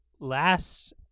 last